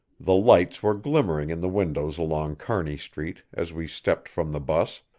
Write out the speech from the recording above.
the lights were glimmering in the windows along kearny street as we stepped from the bus,